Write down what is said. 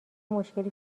مشکلی